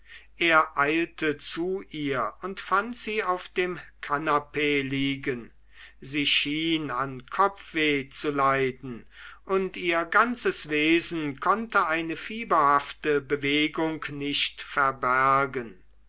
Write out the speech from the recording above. er eilte zu ihr und fand sie auf dem kanapee liegen sie schien an kopfweh zu leiden und ihr ganzes wesen konnte eine fieberhafte bewegung nicht verbergen